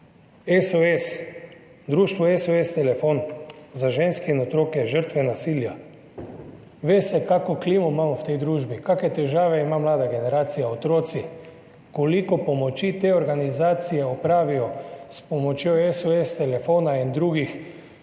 to. Društvo SOS telefon za ženske in otroke – žrtve nasilja. Ve se, kakšno klimo imamo v tej družbi, kakšne težave ima mlada generacija, otroci, koliko pomoči te organizacije opravijo s pomočjo SOS telefona in drugih